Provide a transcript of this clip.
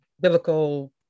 biblical